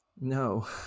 No